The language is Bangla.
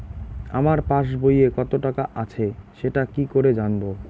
আমার পাসবইয়ে কত টাকা আছে সেটা কি করে জানবো?